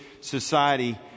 society